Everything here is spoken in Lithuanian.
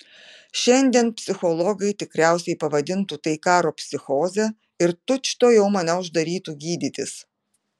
šiandien psichologai tikriausiai pavadintų tai karo psichoze ir tučtuojau mane uždarytų gydytis